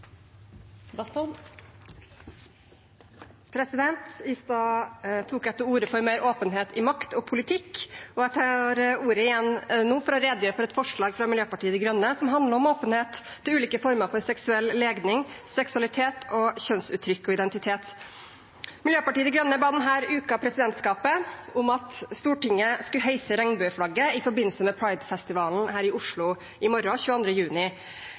I stad tok jeg til orde for mer åpenhet i makt og politikk. Jeg tar ordet igjen nå for å redegjøre for et forslag fra Miljøpartiet De Grønne som handler om åpenhet til ulike former for seksuell legning, seksualitet og kjønnsuttrykk og identitet. Miljøpartiet De Grønne ba denne uken presidentskapet om at Stortinget skulle heise regnbueflagget i forbindelse med Pride-festivalen her i Oslo i morgen, 22. juni,